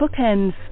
bookends